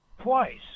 twice